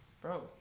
bro